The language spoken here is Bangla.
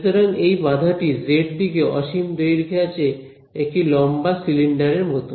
সুতরাং এই বাধাটি জেড দিকে অসীম দৈর্ঘ্যে আছে একটা লম্বা সিলিন্ডারের মতন